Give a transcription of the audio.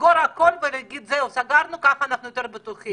לסגור הכול ולהגיד: סגרנו, כך אנחנו יותר בטוחים.